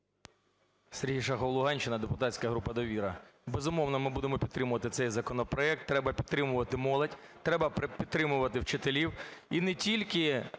Сергій Шахов, Луганщина, депутатська група "Довіра". Безумовно, ми будемо підтримувати цей законопроект. Треба підтримувати молодь, треба підтримувати вчителів.